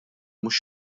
mhux